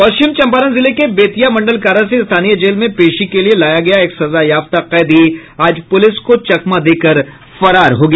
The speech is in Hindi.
पश्चिमी चंपारण जिले के बेतिया मंडल कारा से स्थानीय जेल में पेशी के लिये लाया गया एक सजायाफ्ता कैदी आज पुलिस को चकमा देकर फरार हो गया